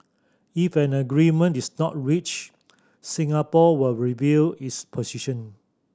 if an agreement is not reached Singapore will review its position